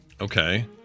Okay